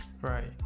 Right